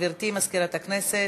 גברתי מזכירת הכנסת,